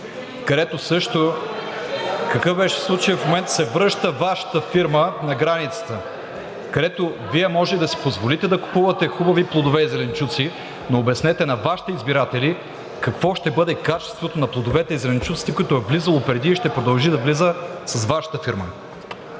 където също какъв беше случаят? Вече се връща Вашата фирма на границата, където Вие може да си позволите да купувате хубави плодове и зеленчуци, но обяснете на Вашите избиратели какво ще бъде качеството на плодовете и зеленчуците, което е влизало преди и ще продължи да влиза с Вашата фирма.